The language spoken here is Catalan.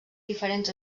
diferents